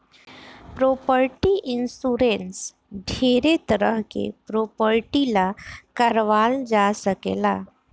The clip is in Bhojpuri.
प्रॉपर्टी इंश्योरेंस ढेरे तरह के प्रॉपर्टी ला कारवाल जा सकेला